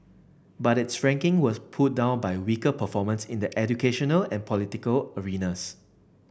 but its ranking was pulled down by weaker performance in the educational and political arenas